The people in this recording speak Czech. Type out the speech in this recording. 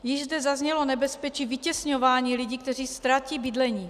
Již zde zaznělo nebezpečí vytěsňování lidí, kteří ztratí bydlení.